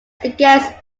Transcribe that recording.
against